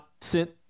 sent